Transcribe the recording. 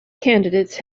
candidates